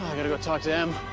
gotta go talk to em.